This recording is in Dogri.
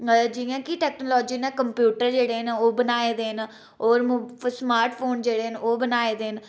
जियां कि टेक्नोलाजी ने कंप्यूटर जेह्ड़े न ओह् बनाए दे न होर मो स्मार्टफोन जेह्ड़े न ओह् बनाए दे न